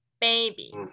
Baby